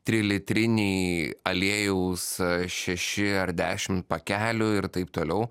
trilitriniai aliejaus šeši ar dešim pakelių ir taip toliau